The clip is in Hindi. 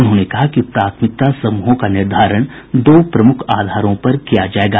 उन्होंने कहा कि प्राथमिकता समूहों का निर्धारण दो प्रमुख आधारों पर किया जायेगा